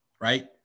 right